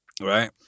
Right